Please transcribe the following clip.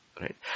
right